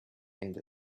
and